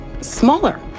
smaller